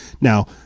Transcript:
Now